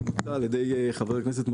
שבוטא על ידי חבר הכנסת מלול,